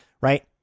right